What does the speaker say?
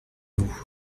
vous